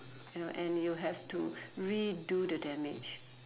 you know and you have to redo the damage